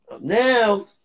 now